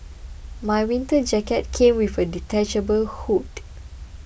my winter jacket came with a detachable hood